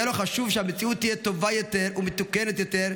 היה לו חשוב שהמציאות תהיה טובה יותר ומתוקנת יותר,